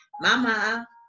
Mama